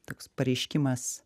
toks pareiškimas